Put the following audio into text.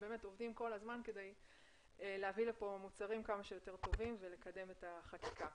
הכול כדי להביא לכאן מוצרים כמה שיותר טובים ולקדם את החקיקה.